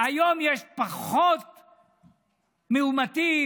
היום יש פחות מאומתים,